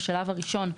בשלב הראשון,